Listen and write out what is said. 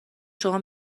شما